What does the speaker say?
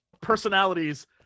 personalities